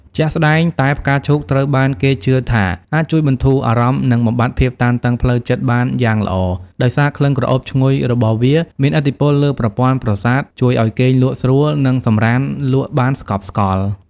ជាក់ស្ដែង តែផ្កាឈូកត្រូវបានគេជឿថាអាចជួយបន្ធូរអារម្មណ៍និងបំបាត់ភាពតានតឹងផ្លូវចិត្តបានយ៉ាងល្អ ដោយសារក្លិនក្រអូបឈ្ងុយរបស់វាមានឥទ្ធិពលលើប្រព័ន្ធប្រសាទ ជួយឱ្យគេងលក់ស្រួលនិងសម្រាន្តលក់បានស្កប់ស្កល់។